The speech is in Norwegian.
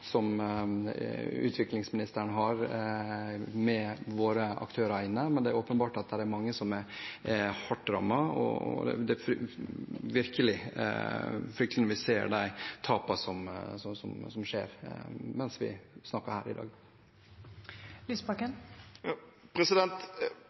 med våre aktører inne, men det er åpenbart at mange er hardt rammet. Det er virkelig fryktelig å se de tapene som skjer, også mens vi snakker her i